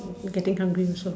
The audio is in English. eh getting hungry also